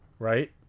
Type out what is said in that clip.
right